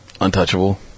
Untouchable